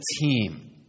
team